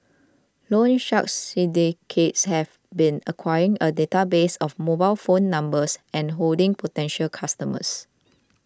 loan shark syndicates have been acquiring a database of mobile phone numbers and hounding potential customers